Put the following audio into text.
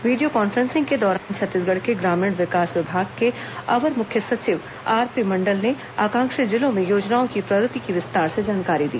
video conferencing के दौरान छत्तीसगढ़ के ग्रामीण विकास विभाग के अपर मुख्य सचिव आरपी मंडल ने आकांक्षी जिलों में योजनाओं की प्रगति की विस्तार से जानकारी दी